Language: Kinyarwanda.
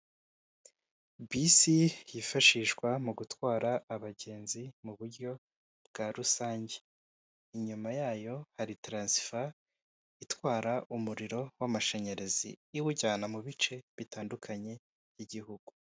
Bisi yifashishwa mu gutwara abagenzi mu buryo bwarusange inyuma yayo, hari taransifa itwara umuriro w'amashanyarazi iwujyana mu bice bitandukanye by'igihugu.